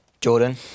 Jordan